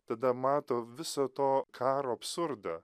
tada mato viso to karo absurdą